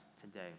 today